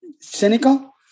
cynical